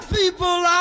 people